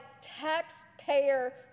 taxpayer